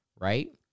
right